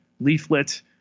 leaflet